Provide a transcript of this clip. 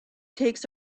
takes